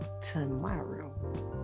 tomorrow